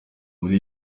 muri